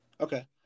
okay